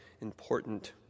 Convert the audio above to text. important